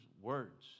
words